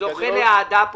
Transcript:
זה זוכה לאהדה פה,